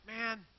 man